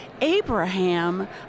Abraham